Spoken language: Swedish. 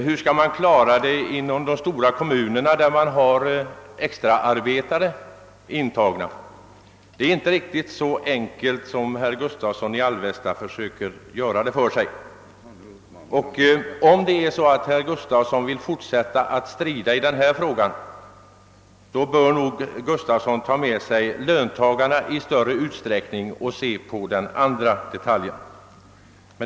Hur skall man klara det inom de stora kommunerna där man har extraarbetare intagna? Det är inte riktigt så enkelt som herr Gustavsson i Alvesta försöker att göra det för sig. Om herr Gustavsson vill fortsätta att strida i denna fråga, bör han nog ta med sig löntagarna i större utsträckning och se på den andra sidan av saken.